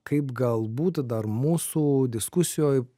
kaip galbūt dar mūsų diskusijoj